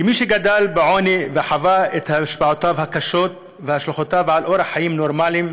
כמי שגדל בעוני וחווה את השפעותיו הקשות והשלכותיו על אורח חיים נורמלי,